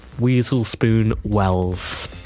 Weaselspoon-Wells